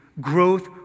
growth